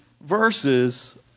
verses